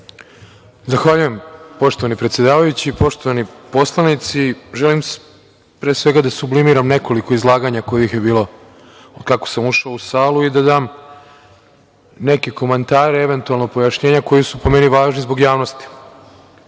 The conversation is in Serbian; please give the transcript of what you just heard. Zahvaljujem. Poštovani predsedavajući, poštovani poslanici, želim, pre svega, da sublimiram nekoliko izlaganja kojih je bilo od kako sam ušao u salu i da dam neke komentare, eventualno pojašnjenja koja su po meni važna zbog javnosti. Jako